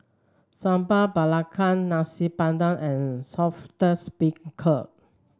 Sambal Belacan Nasi Padang and Saltish Beancurd